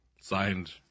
Signed